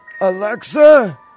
Alexa